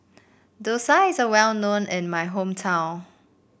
Dosa is a well known in my hometown